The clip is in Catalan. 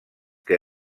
que